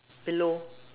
below